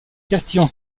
castillon